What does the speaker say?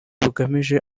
bugamije